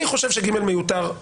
אני חושב ש-(ג) מיותר.